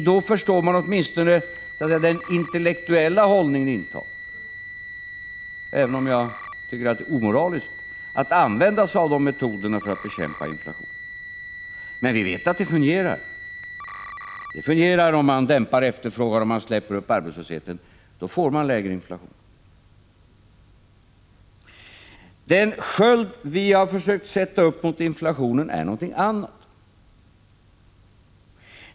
Då skulle man åtminstone kunna förstå den intellektuella hållning ni intar, även om jag tycker det är omoraliskt att använda sig av sådana metoder för att bekämpa inflationen. Men vi vet att de fungerar. Om man dämpar efterfrågan och låter arbetslösheten öka, då får man lägre inflation. Den sköld vi har försökt sätta upp mot inflationen är någonting annat.